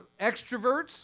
extroverts